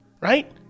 Right